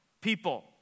people